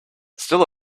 still